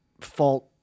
fault –